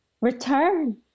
return